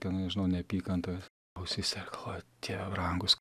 ten nežinau neapykanta ausyse ir galvoju dieve brangus